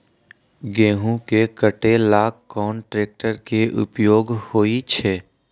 गेंहू के कटे ला कोंन ट्रेक्टर के उपयोग होइ छई?